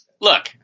look